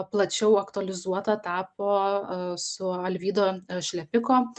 plačiau aktualizuota tapo su alvydo šlepiko